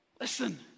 Listen